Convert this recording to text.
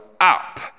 up